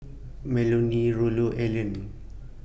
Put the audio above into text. Melonie Rollo Alleen